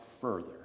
further